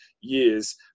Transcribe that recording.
years